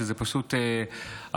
שזו פשוט החוכמה,